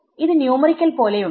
ഇത് ന്യൂമറിക്കൽ പോലെ ഉണ്ട്